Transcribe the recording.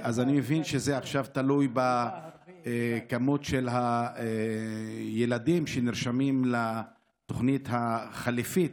אז אני מבין שזה תלוי עכשיו במספר הילדים שנרשמים לתוכנית החליפית,